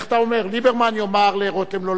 ליברמן יאמר לרותם לא להגיע,